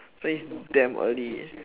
so its damn early